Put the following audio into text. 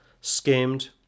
skimmed